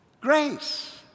grace